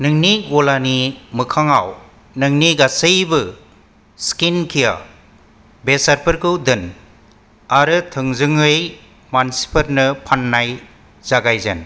नोंनि गलानि मोखाङाव नोंनि गासैबो स्किनकेयार बेसादफोरखौ दोन आरो थोंजोङै मानसिफोरनो फाननाय जागायजेन